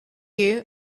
you